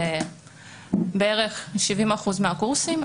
זה בערך 70% מהקורסים,